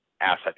asset